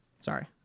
Sorry